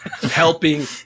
helping